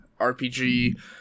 RPG